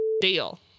deal